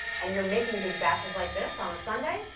and you're making big matches like this on sunday.